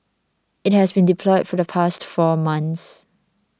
it has been deployed for the past four month